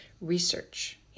research